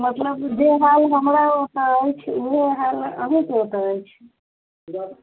मतलब जे हाल हमरा ओतऽ अछि वएह हाल अहूँके ओतऽ अछि